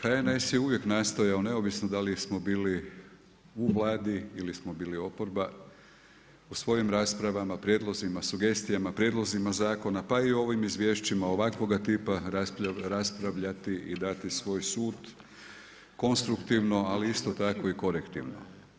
HNS je uvijek nastojao neovisno da li smo bili u Vladi ili smo bili oporba u svojim raspravama, prijedlozima, sugestijama, prijedlozima zakona pa i u ovim izvješćima ovakvoga tipa raspravljati i dati svoj sud konstruktivno ali isto tako i korektivno.